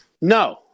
no